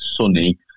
sunny